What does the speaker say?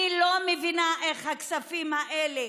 אני לא מבינה איך הכספים האלה,